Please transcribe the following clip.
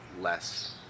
less